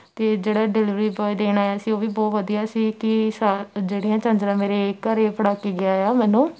ਅਤੇ ਜਿਹੜਾ delivery boy ਦੇਣ ਆਇਆ ਸੀ ਉਹ ਵੀ ਬਹੁਤ ਵਧੀਆ ਸੀ ਕੀ ਸਾ ਜਿਹੜੀਆਂ ਝਾਂਜਰਾਂ ਮੇਰੇ ਘਰ ਫੜਾ ਕੇ ਗਿਆ ਆ ਮੈਨੂੰ